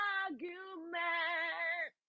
argument